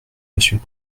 monsieur